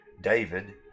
David